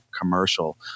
commercial